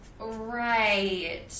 right